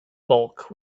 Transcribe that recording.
bulk